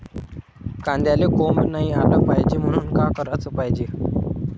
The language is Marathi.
कांद्याला कोंब नाई आलं पायजे म्हनून का कराच पायजे?